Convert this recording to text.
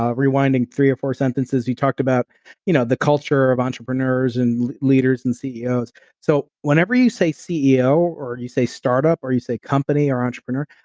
um rewinding three or four sentences, you talked about you know the culture of entrepreneurs and leaders and ceos so whenever you say ceo or you say startup or you say company or entrepreneur,